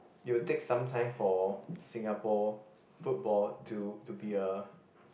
it will take sometime for Singapore football to to be a